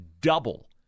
double